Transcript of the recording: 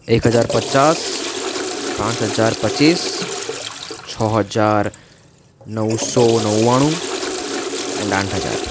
એક હજાર પચાસ પાંચ હજાર પચીસ છ હજાર નવસો નવ્વાણું એન્ડ આઠ હજાર